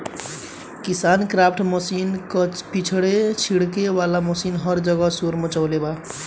KisanKraft machine क छिड़के वाला मशीन हर जगह शोर मचवले बा